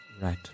right